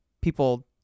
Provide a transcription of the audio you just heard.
people